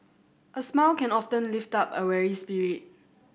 a smile can often lift up a weary spirit